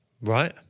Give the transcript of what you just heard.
Right